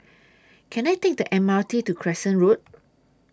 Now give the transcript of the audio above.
Can I Take The M R T to Crescent Road